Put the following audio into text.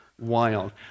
wild